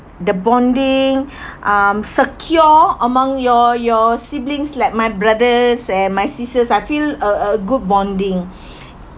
the bonding um secure among your your siblings like my brothers and my sisters I feel a a good bonding